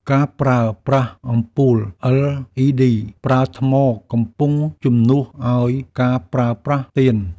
ការប្រើប្រាស់អំពូល LED ប្រើថ្ម កំពុងជំនួសឱ្យការប្រើប្រាស់ទៀន។